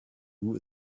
who